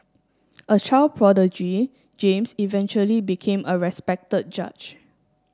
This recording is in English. a child prodigy James eventually became a respected judge